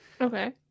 Okay